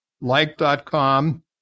Like.com